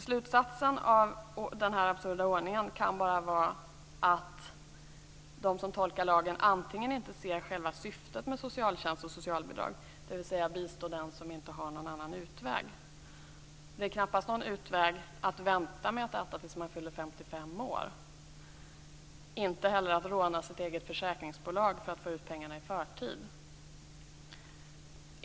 Slutsatsen av den här absurda ordningen kan bara vara att de som tolkar lagen inte ser själva syftet med socialtjänst och socialbidrag, dvs. att man skall bistå den som inte har någon annan utväg. Det är knappast någon utväg att vänta med att äta tills man fyller 55 år, inte heller att råna sitt eget försäkringsbolag för att få ut pengarna i förtid.